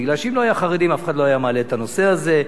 כי אם לא היו חרדים אף אחד לא היה מעלה את הנושא הזה,